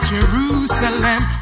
Jerusalem